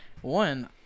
one